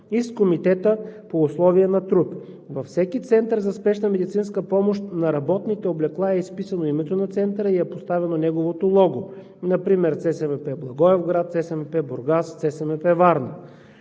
и с комитета по условия на труд. Във всеки център за спешна медицинска помощ, на работните облекла е изписано името на центъра и е поставено неговото лого – например ЦСМП Благоевград, ЦСМП Бургас, ЦСМП Варна.